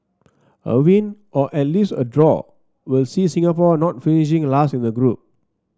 a win or at least a draw will see Singapore not finishing last in the group